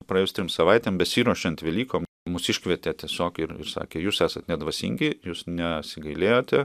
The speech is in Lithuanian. praėjus trim savaitėm besiruošiant velykom mus iškvietė tiesiog ir ir sakė jūs esat nedvasingi jūs nesigailėjote